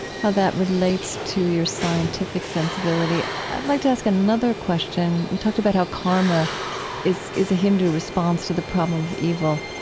how that relates to your scientific sensibility. i'd like to ask another question. you talked about how karma is is a hindu response to the problem of evil.